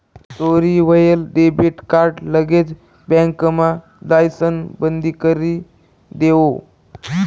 चोरी व्हयेल debit card लगेच बँकमा जाइसण बंदकरी देवो